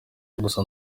gusa